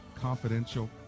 confidential